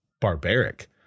barbaric